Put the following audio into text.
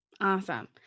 Awesome